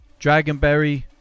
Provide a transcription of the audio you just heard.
Dragonberry